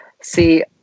See